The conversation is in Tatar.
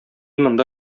монда